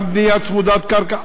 גם בנייה צמודת קרקע,